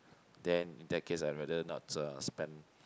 then in that case I rather not uh spend